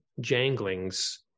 janglings